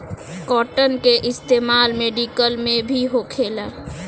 cotton के इस्तेमाल medical में भी होखेला